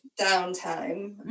downtime